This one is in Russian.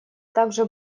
также